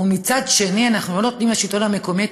ומצד שני אנחנו לא נותנים לשלטון המקומי את